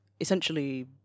essentially